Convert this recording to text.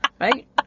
Right